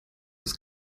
das